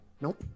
nope